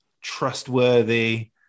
trustworthy